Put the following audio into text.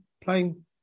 playing